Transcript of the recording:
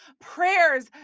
prayers